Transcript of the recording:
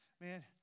Man